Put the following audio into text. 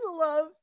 love